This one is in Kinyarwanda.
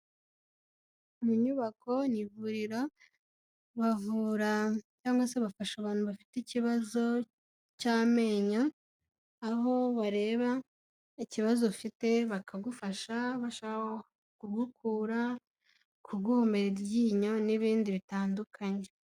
Iyi nyubako ni ivuriro bavura cyangwa se bafasha abantu bafite ikibazo cy'amenyo, aho bareba ikibazo ufite bakagufasha bashobora kugukura ku kugumera iryinyo n'ibindi bitandukanye.